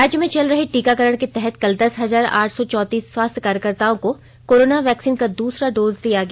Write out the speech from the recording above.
राज्य में चल रहे टीकाकरण के तहत कल दस हजार आठ सौ चौतीस स्वास्थ्य कार्यकर्तोओं को कोरोना वैक्सीन का दूसरा डोज दिया गया